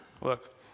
Look